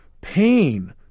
Pain